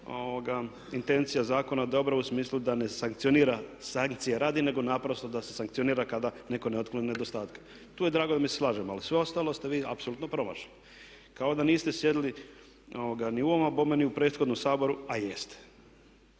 intencija zakona dobra u smislu da ne sankcionira, sankcije radi nego naprosto da se sankcionira kada neko ne otkloni nedostatke. Tu je drago da se mi slažemo, ali sve ostalo ste vi apsolutno promašili. Kao da niste sjedili ni u ovom a bome ni u prethodnom Saboru a jeste.